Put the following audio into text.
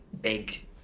big